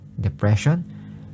depression